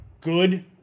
Good